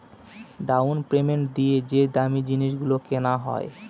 down payment দিয়ে যে দামী জিনিস গুলো কেনা হয়